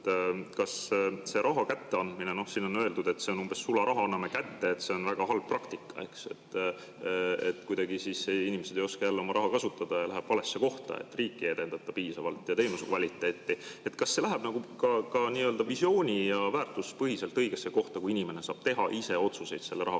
kas see raha kätteandmine – siin on öeldud, et see on umbes sularaha, anname kätte – on väga halb praktika, et kuidagi inimesed ei oska jälle oma raha kasutada ja läheb valesse kohta, et riiki ei edendata piisavalt ja teenuse kvaliteeti? Kas see läheb ka nii-öelda visiooni‑ ja väärtuspõhiselt õigesse kohta, kui inimene saab teha ise otsuseid selle raha kasutamise